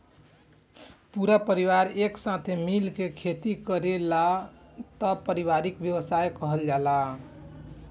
पूरा परिवार एक साथे मिल के खेती करेलालो तब पारिवारिक व्यवसाय कहल जाला